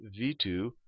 V2